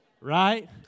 right